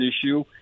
issue